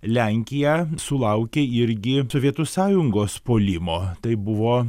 lenkija sulaukė irgi sovietų sąjungos puolimo tai buvo